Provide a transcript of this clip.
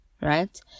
Right